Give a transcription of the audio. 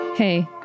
Hey